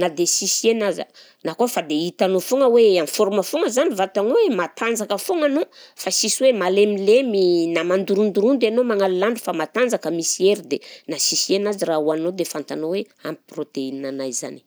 na dia sisy hena aza, na koa fa dia hitanao foana hoe en forme foagna zany vatagnao e, matanjaka foagna anao fa sisy hoe malemilemy na mandorondorondo ianao magnalandro fa matanjaka misy hery dia na sisy hena aza raha hohaninao dia fantanao hoe ampy protéinenay zany